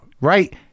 Right